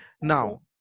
Now